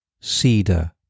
cedar